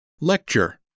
Lecture